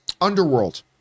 Underworld